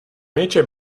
něčem